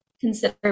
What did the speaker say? consider